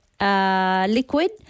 liquid